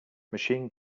machine